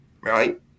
right